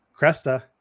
Cresta